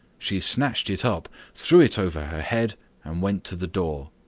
she snatched it up, threw it over her head and went to the door.